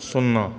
शुन्ना